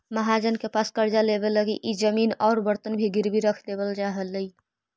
महाजन के पास कर्जा लेवे लगी इ जमीन औउर बर्तन भी गिरवी रख देवल जा हलई